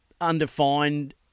undefined